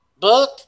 book